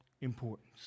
importance